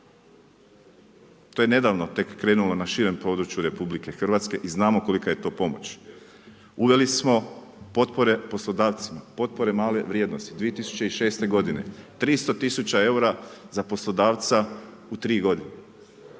To je nedavno tek krenulo na širem području RH i znamo kolika je to pomoć. Uveli smo potpore poslodavcima, potpore male vrijednosti 2006. g. 300 000 eura za poslodavca u 3 g.,